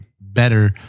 better